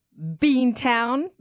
Beantown